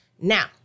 Now